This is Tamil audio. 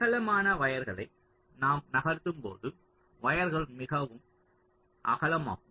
அகலமான வயர்களை நாம் நகர்த்தும்போது வயர்கள் மிகவும் அகலமாகும்